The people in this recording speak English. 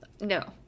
No